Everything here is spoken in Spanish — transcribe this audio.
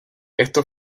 esto